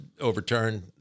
overturned